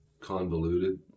convoluted